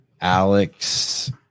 Alex